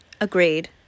agreed